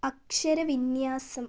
അക്ഷരവിന്യാസം